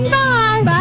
bye